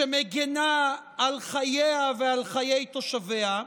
שמגינה על חייה ועל חיי תושביה,